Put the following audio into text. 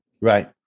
Right